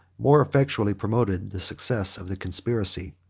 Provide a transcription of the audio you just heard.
more effectually promoted the success of the conspiracy.